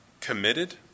committed